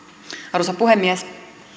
arvoisa puhemies